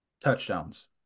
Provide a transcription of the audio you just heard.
touchdowns